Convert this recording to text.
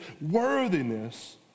worthiness